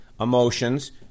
emotions